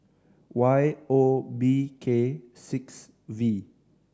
Y O B K six V